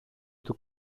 του